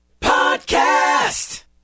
Podcast